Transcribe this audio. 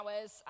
hours